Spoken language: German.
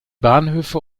bahnhöfe